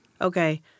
Okay